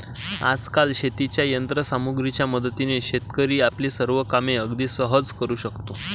आजकाल शेतीच्या यंत्र सामग्रीच्या मदतीने शेतकरी आपली सर्व कामे अगदी सहज करू शकतो